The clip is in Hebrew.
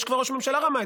יש כבר ראש ממשלה רמאי,